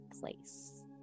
place